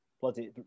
bloody